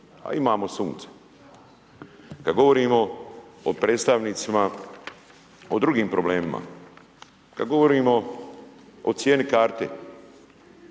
A imamo sunce. Kad govorimo o predstavnicima, o drugim problemima. Kad govorimo o cijeni karte.